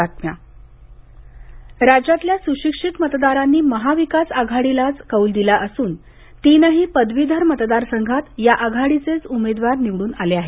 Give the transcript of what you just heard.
पदवीधर शिक्षक राज्यातल्या सुशिक्षित मतदारांनी महाविकास आघाडीलाच कौल दिला असून तीनही पदवीधर मतदारसंघात या आघाडीचेच उमेदवार निवड्रन आले आहेत